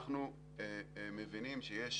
אנחנו מבינים שיש